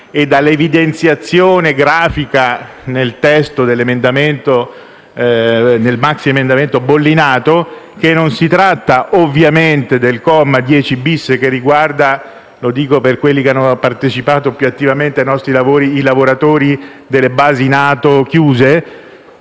e dall'evidenziazione grafica nel testo del maxiemendamento bollinato, che non si tratta del comma 10-*bis*, che riguarda - lo dico per quelli che hanno partecipato più attivamente ai nostri lavori - i lavoratori delle basi NATO chiuse,